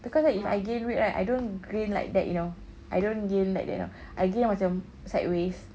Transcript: because right if I gain weight right I don't gain like you know I don't gain like that you know I gain macam sideways